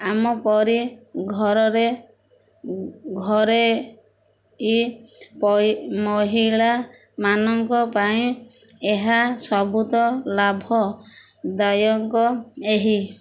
ଆମ ପରି ଘରରେ ଘରେଇ ମହିଳାମାନଙ୍କ ପାଇଁ ଏହା ସବୁତ ଲାଭଦାୟକ ଏହି